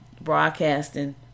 broadcasting